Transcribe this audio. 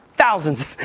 Thousands